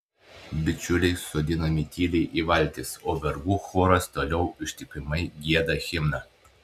bičiuliai sodinami tyliai į valtis o vergų choras toliau ištikimai gieda himną